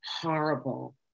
horrible